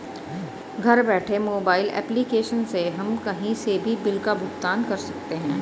घर बैठे mobile application से हम कही से भी बिल का भुगतान कर सकते है